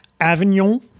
Avignon